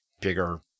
bigger